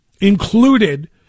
included